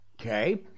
Okay